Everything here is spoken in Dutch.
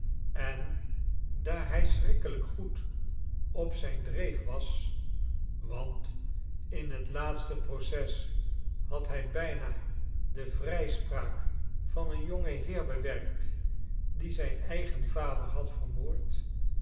en daar hij schrikkelijk goed op zijn dreef was want in het laatste proces had hij bijna de vrijspraak van een jongen heer bewerkt die zijn eigen vader had vermoord